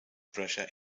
pressure